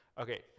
Okay